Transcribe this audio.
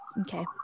okay